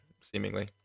seemingly